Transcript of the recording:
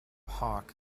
hawke